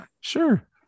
Sure